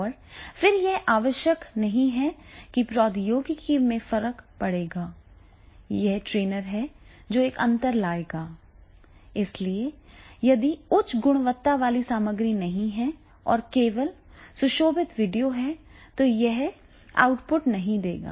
और फिर यह आवश्यक नहीं है कि प्रौद्योगिकी में फर्क पड़ेगा यह ट्रेनर है जो एक अंतर लाएगा इसलिए यदि उच्च गुणवत्ता वाली सामग्री नहीं है और केवल सुशोभित वीडियो है तो यह आउटपुट नहीं देगा